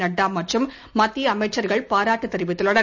நட்டா மற்றும் மத்திய அமைச்சர்கள் பாராட்டு தெரிவித்துள்ளனர்